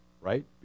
right